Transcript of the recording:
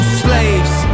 slaves